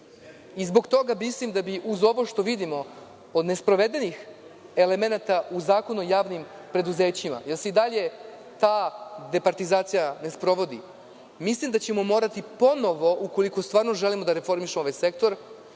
njega. Zbog toga mislim da bi, uz ovo što vidimo, od nesprovedenih elemenata u Zakonu o javnim preduzećima, jer se i dalje ta departizacija ne sprovodi, mislim da ćemo morati ponovo, ukoliko stvarno želimo da reformišemo ovaj sektor,